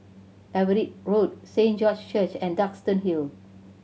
Everitt Road Saint George's Church and Duxton Hill